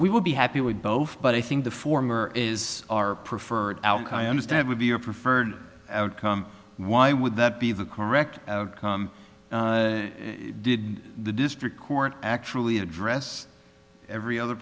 we would be happy with both but i think the former is our preferred outcome i understand would be your preferred outcome why would that be the correct did the district court actually address every other